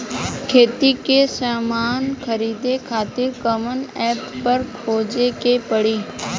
खेती के समान खरीदे खातिर कवना ऐपपर खोजे के पड़ी?